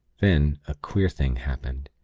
then a queer thing happened.